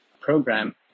program